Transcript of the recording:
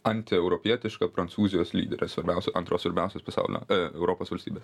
antieuropietiška prancūzijos lyderė svarbiausių antros svarbiausios pasaulio europos valstybės